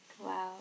wow